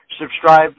Subscribe